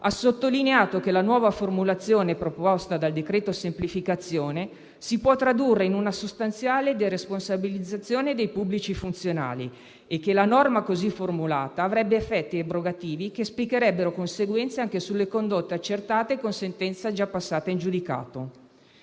ha sottolineato che la nuova formulazione proposta dal decreto-legge semplificazioni si può tradurre in una sostanziale deresponsabilizzazione dei pubblici funzionari e che la norma così formulata avrebbe effetti abrogativi che dispiegherebbero conseguenze anche sulle condotte accertate con sentenza già passata in giudicato.